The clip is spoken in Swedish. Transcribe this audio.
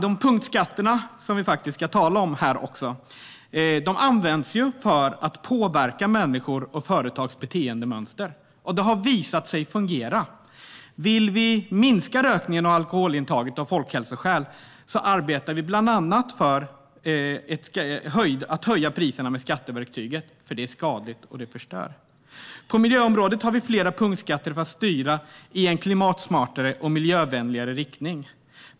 De punktskatter som vi ska tala om här används för att påverka människors och företags beteendemönster. Det har visat sig fungera. Vill vi av hälsoskäl minska rökningen och alkoholintaget arbetar vi bland annat med att höja priserna med skatteverktyget. Det gör vi för att detta är skadligt och förstör. På miljöområdet har vi flera punktskatter för att styra i en klimatsmartare och miljövänligare riktning.